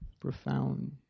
profound